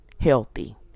healthy